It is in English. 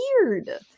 weird